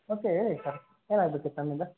okay ಹೇಳಿ sir ಏನಾಗ್ಬೇಕಿತ್ತು ನಮ್ಮಿಂದ